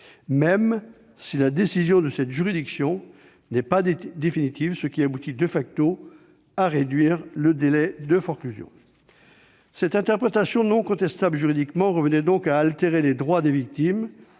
même si la décision de cette juridiction n'est pas définitive. Cela aboutit,, à réduire le délai de forclusion. Cette interprétation, non contestable juridiquement, revenait donc à altérer les droits des victimes,